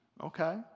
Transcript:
Okay